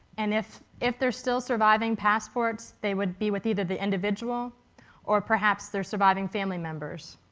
and if if there are still surviving passports, they would be with either the individual or perhaps their surviving family members.